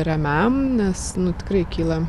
ramiam nes nu tikrai kyla